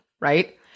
right